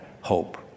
hope